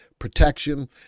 protection